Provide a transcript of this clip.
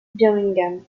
birmingham